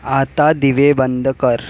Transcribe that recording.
आता दिवे बंद कर